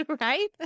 Right